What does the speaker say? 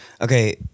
Okay